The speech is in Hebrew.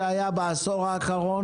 כדי לתת קצת מספרים לקונטקסט של הדיון,